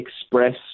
express